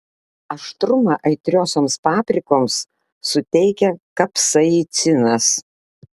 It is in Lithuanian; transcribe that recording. aštrumą aitriosioms paprikoms suteikia kapsaicinas